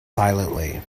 silently